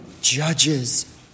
judges